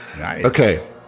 Okay